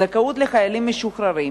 זכאות לחיילים משוחררים,